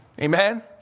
Amen